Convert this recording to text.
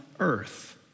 earth